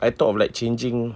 I thought of like changing